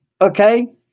Okay